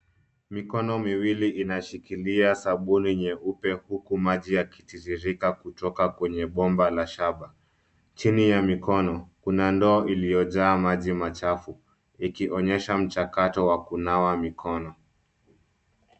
Mikono miwili inashikilia sabuni nyeupe huku maji yakitiririka kutoka kwenye bomba la shaba. Chini ya mikono kuna ndoo iliyojaa maji machafu ikionyesha mchakato wa kunawa mikono.